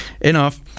enough